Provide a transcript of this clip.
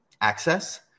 access